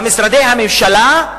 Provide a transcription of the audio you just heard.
במשרדי הממשלה,